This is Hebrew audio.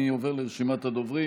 אני עובר לרשימת הדוברים.